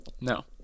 No